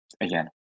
again